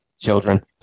children